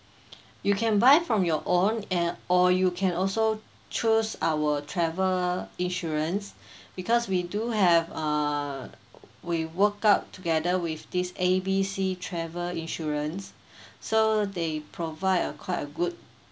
you can buy from your own and or you can also choose our travel insurance because we do have uh we worked out together with this A B C travel insurance so they provide a quite a good